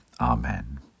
Amen